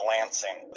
Lansing